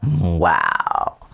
Wow